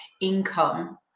income